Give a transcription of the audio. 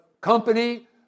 company